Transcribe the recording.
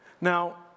Now